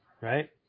right